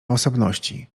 osobności